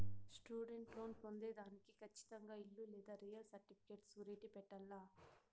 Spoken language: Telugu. స్టూడెంట్ లోన్ పొందేదానికి కచ్చితంగా ఇల్లు లేదా రియల్ సర్టిఫికేట్ సూరిటీ పెట్టాల్ల